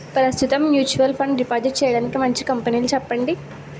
ప్రస్తుతం mutual fund deposit చేయడానికి మంచి కంపెనీలు చెప్పండి